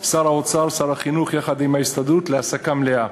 של שר האוצר ושר החינוך יחד עם ההסתדרות להעסקה מלאה.